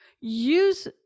use